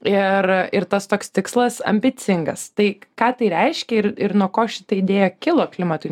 ir ir tas toks tikslas ambicingas tai ką tai reiškia ir ir nuo ko šita idėja kilo klimatui